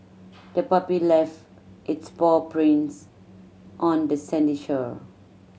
the puppy left its paw prints on the sandy shore